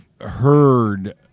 heard